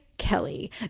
Kelly